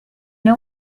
know